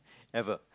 ever